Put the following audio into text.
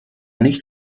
nicht